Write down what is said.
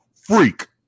freak